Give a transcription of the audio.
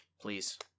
Please